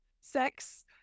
sex